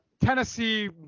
Tennessee